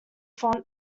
font